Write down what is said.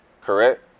Correct